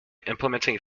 implementing